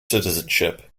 citizenship